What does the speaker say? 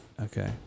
Okay